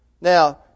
Now